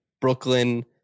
Brooklyn